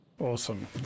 Awesome